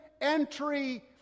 entry